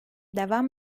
devam